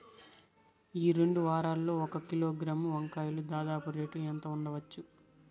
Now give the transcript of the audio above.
ఈ రెండు వారాల్లో ఒక కిలోగ్రాము వంకాయలు దాదాపు రేటు ఎంత ఉండచ్చు?